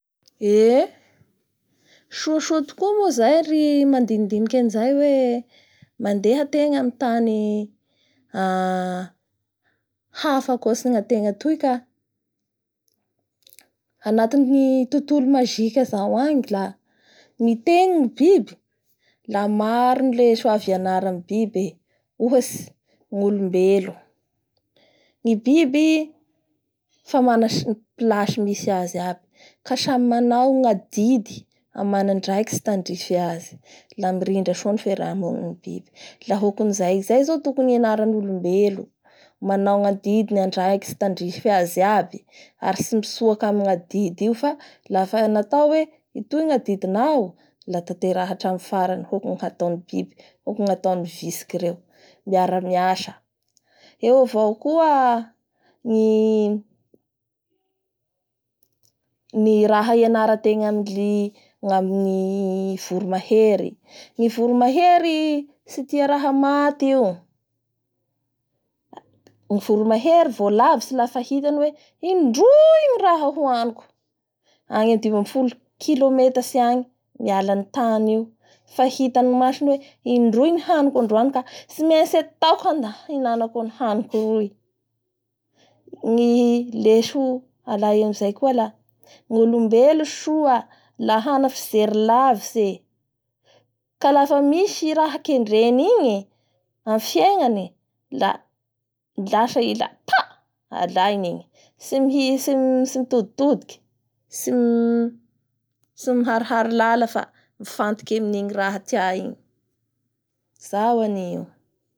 Eeee! Sososa tokoa moa ny mandinindiniky anizay hoe mandeha ategna amin'ny tany hafa akotran'ny ngatenga toy Ka anatin'ny tontolo magique zao agny la miteny ny biby la maro ny leso azo ianara amin'ny biby ee, ohatsy gnolombelo, ny biby fa mana ss- place misy azy aby fa samy manao ny adidy amandraikitsy tandrify azy la mirindra soa ny fiarahamaonindreo laha hokanizay; zay zao tokony ianaran'olombelo manao ny adidy andraikitsy tandrify azy aby ary tsy mitsoaka amin'ny adidy io fa lafa anatao hoe itoy ny adidinao da tanterahy hatramin'ny farany koa i zay hokan'ny ataony bi- biby bitsiky reo miara miasa. Eo avao koa ny fraha ianatenga amin'ny voro mahery ny voro mahery tsy tia rah amaty io, ny voro mahery vo lavitsy la fahitany hoe indroy ny ny raha hoaniko any amin'ny dimy ambin'ny folo kilometatsy agny miala an'ny tany io fa hitan'ny masony hoe indroy ny haniko androany ka tsimaintsy ataoko hihinanako an'ny hany io ngy leso raisy amizay ka la ny olombelo soa laha hana fijery lavitsy ee, ka lafa misy raha kendreny igny amin'ny fiegnany la lafsa i la pa, alaiany igny!